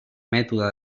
mètode